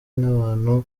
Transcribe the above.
n’abantu